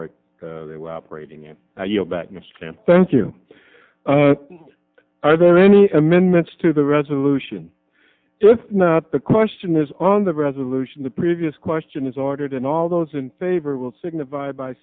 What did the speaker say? camp thank you are there any amendments to the resolution if not the question is on the resolution the previous question is ordered and all those in favor will signify by